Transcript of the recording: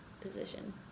position